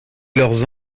leurs